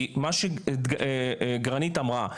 כי מה שגרנית אמרה,